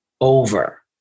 over